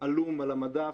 עלום על המדף.